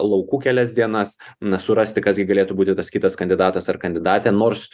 laukų kelias dienas na surasti kas gi galėtų būti tas kitas kandidatas ar kandidatė nors